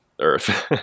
Earth